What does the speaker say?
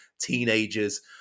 teenagers